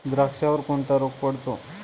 द्राक्षावर कोणता रोग पडतो?